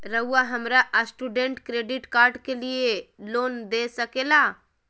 रहुआ हमरा student credit card के लिए लोन दे सके ला?